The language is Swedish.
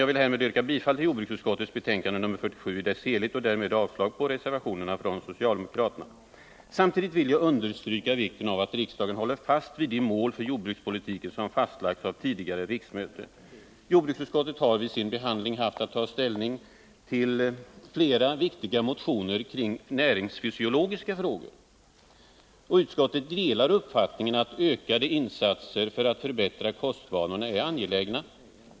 Jag vill härmed yrka bifall till hemställan i dess helhet i jordbruksutskottets betänkande nr 47 och därmed avslag på reservationerna från socialdemokraterna. Samtidigt vill jag understryka vikten av att riksdagen håller fast vid de mål för jordbrukspolitiken som fastlagts av tidigare riksmöte. Jordbruksutskottet har vid sin behandling haft att ta ställning till flera viktiga motioner om näringsfysiologiska frågor. Utskottet delar uppfattningen att en ökning av insatserna för att förbättra kostvanorna är någonting angeläget.